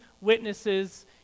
witnesses